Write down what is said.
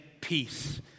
peace